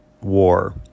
war